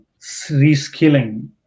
reskilling